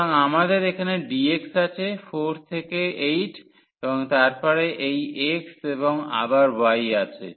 সুতরাং আমাদের এখানে dx আছে 4 থেকে 8 এবং তারপরে এই x এবং আবার y আছে